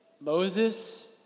Moses